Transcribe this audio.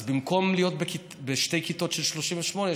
אז במקום שתי כיתות של 38,